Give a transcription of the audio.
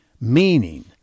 meaning